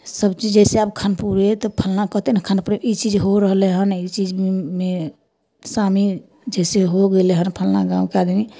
सब चीज जैसे आब खानपुरे तऽ फल्लाँ कहतै ने खानपुरे ई चीज हो रहलै हन ई चीजमे शामिल से हो गेलै हन फल्लाँ गाँवके आदमी